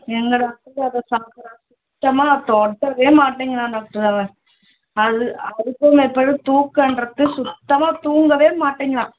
எங்கே டாக்டர் அவன் சாப்பிட்றான் சுத்தமாக தொடவே மாட்டேங்கிறான் டாக்டர் அவன் அது அதுக்கும் மேற்பாடு தூக்கன்றது சுத்தமாக தூங்கவே மாட்டேங்கிறான்